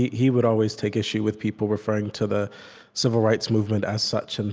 he would always take issue with people referring to the civil rights movement as such, and